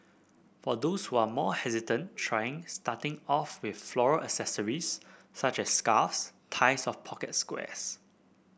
for those who are more hesitant trying starting off with floral accessories such as scarves ties of pocket squares